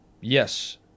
Yes